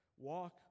Walk